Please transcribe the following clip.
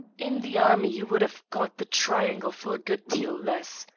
in the army ye would have got the triangle for a good deal less.